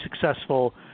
successful